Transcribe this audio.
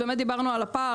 אז באמת דיברנו על הפער.